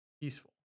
peaceful